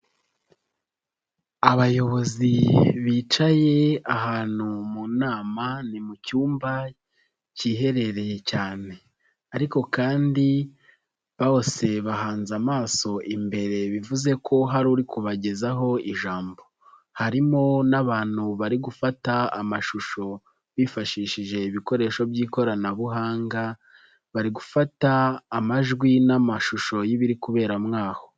Abayobozi bicaye ahantu mu nama ni mu cyumba kiherereye cyane ariko kandi bose bahanze amaso imbere bivuze ko hariri kubagezaho ijambo, harimo n'abantu bari gufata amashusho bifashishije ibikoresho by'ikoranabuhanga, bari gufata amajwi n'amashusho y'ibiri kubera mwaho.